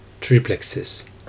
Triplexes